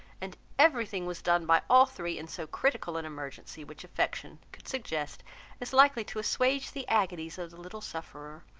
and every thing was done by all three, in so critical an emergency, which affection could suggest as likely to assuage the agonies of the little sufferer.